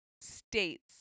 states